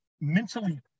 mentally